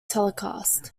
telecast